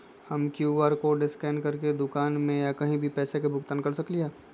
हम Q R code scan करके दुकान में या कहीं भी पैसा के भुगतान कर सकली ह?